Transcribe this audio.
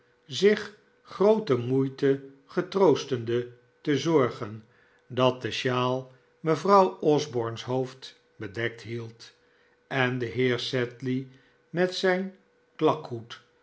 zich groote moeite getroostende te zorgen dat de sjaal mevrouw osborne's hoofd bedekt hield en de heer sedley met zijn klakhoed